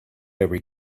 every